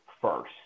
first